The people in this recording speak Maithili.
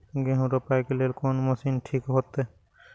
गेहूं रोपाई के लेल कोन मशीन ठीक होते?